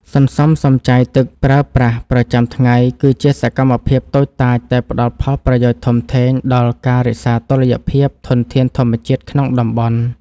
សន្សំសំចៃទឹកប្រើប្រាស់ប្រចាំថ្ងៃគឺជាសកម្មភាពតូចតាចតែផ្ដល់ផលប្រយោជន៍ធំធេងដល់ការរក្សាតុល្យភាពធនធានធម្មជាតិក្នុងតំបន់។